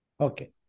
Okay